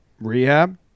rehab